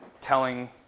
telling